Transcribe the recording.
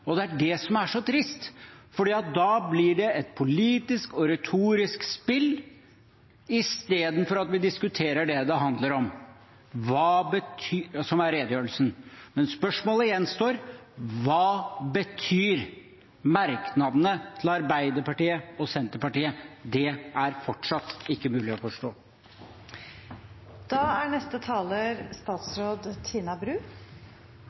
og det er det som er så trist, for da blir det et politisk og retorisk spill, istedenfor at vi diskuterer det det handler om, som er redegjørelsen. Men spørsmålet gjenstår: Hva betyr merknadene til Arbeiderpartiet og Senterpartiet? Det er fortsatt ikke mulig å forstå.